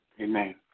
Amen